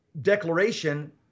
declaration